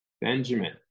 Benjamin